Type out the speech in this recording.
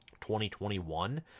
2021